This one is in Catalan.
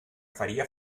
faria